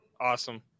Awesome